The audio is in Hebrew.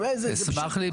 באמת --- אני אשמח להתייחס.